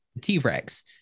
t-rex